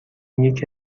یکی